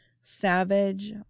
savage